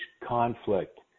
conflict